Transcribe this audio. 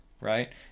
right